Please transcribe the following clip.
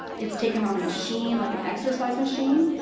it's taken on a machine, like an exercise machine,